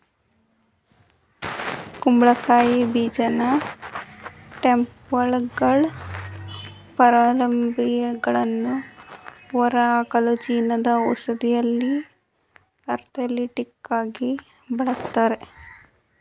ಕುಂಬಳಕಾಯಿ ಬೀಜನ ಟೇಪ್ವರ್ಮ್ಗಳ ಪರಾವಲಂಬಿಗಳನ್ನು ಹೊರಹಾಕಲು ಚೀನಾದ ಔಷಧದಲ್ಲಿ ಆಂಥೆಲ್ಮಿಂಟಿಕಾಗಿ ಬಳಸ್ತಾರೆ